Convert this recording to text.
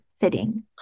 fitting